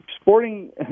sporting